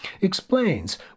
explains